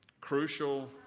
crucial